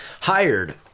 hired